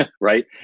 right